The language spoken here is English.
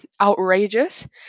outrageous